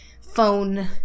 phone